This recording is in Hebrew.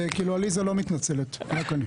כאילו עליזה לא מתנצלת, רק אני.